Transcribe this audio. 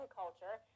culture